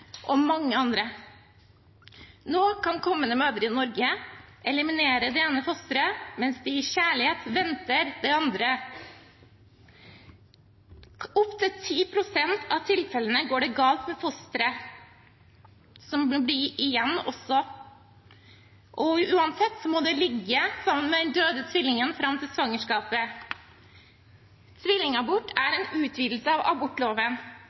og mange andre. Nå kan kommende mødre i Norge eliminere det ene fosteret mens de i kjærlighet venter det andre. I opptil 10 pst. av tilfellene går det galt også med fosteret som må bli igjen, og uansett må det ligge sammen med den døde tvillingen fram til svangerskapets slutt. Tvillingabort er en utvidelse av abortloven.